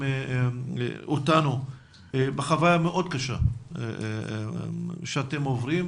אותנו בחוויה המאוד קשה שאתם עוברים.